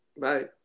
Bye